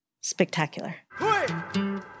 spectacular